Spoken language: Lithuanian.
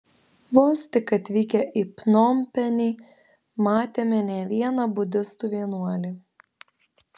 vos tik atvykę į pnompenį matėme ne vieną budistų vienuolį